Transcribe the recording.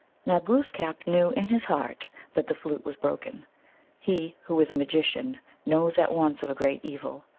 now glooskap knew in his heart that the flute was broken he who is a magician knows at once of a great evil.